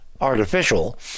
artificial